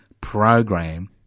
program